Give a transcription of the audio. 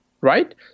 right